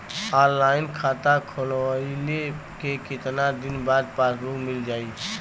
Online खाता खोलवईले के कितना दिन बाद पासबुक मील जाई?